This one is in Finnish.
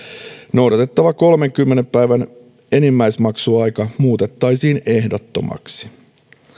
noudatettava kolmenkymmenen päivän enimmäismaksuaika muutettaisiin ehdottomaksi